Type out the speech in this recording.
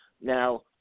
Now